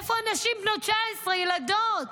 איפה הנשים בנות ה-19, ילדות?